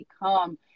become